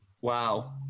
Wow